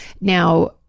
Now